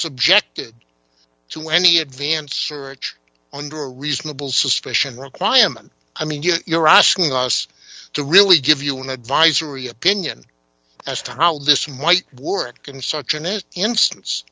subjected to any advance sure under a reasonable suspicion requirement i mean you're asking us to really give you an advisory opinion as to how this might work constructionist instance